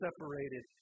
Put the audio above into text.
separated